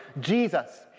Jesus